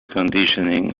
conditioning